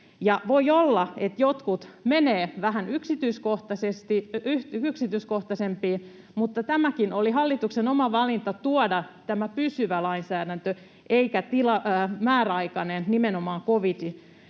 Voi olla, että jotkut menevät vähän yksityiskohtaisemmin, mutta tämäkin oli hallituksen oma valinta tuoda tämä pysyvä lainsäädäntö eikä määräaikainen nimenomaan